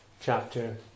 chapter